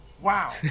Wow